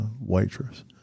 waitress